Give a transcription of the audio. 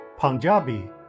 Punjabi